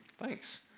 thanks